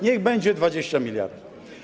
Niech będzie 20 mld.